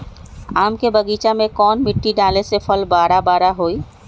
आम के बगीचा में कौन मिट्टी डाले से फल बारा बारा होई?